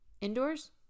indoors